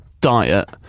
diet